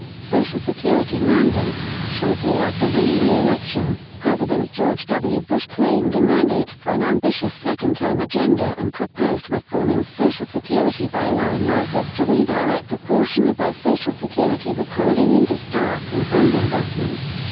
social security mandate shortly after winning re-election, president george w. bush claimed a mandate for an ambitious second-term agenda agenda and proposed reforming social security by allowing workers to redirect a portion of their social security withholding into stock and bond investments.